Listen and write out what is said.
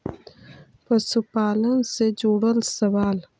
पशुपालन से जुड़ल सवाल?